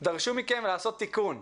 דרשו מכם לעשות תיקון.